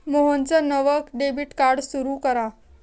मोहनचं नवं debit card सुरू करा